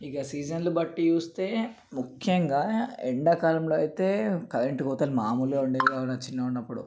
ఇక సీజన్లు బట్టి చూస్తే ముఖ్యంగా ఎండాకాలంలో అయితే కరెంటు పోతే మామూలుగా ఉండేది కాదు నా చిన్నగా ఉన్నప్పుడు